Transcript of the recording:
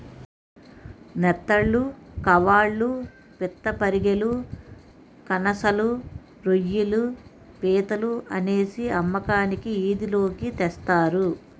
నెత్తళ్లు కవాళ్ళు పిత్తపరిగెలు కనసలు రోయ్యిలు పీతలు అనేసి అమ్మకానికి ఈది లోకి తెస్తారు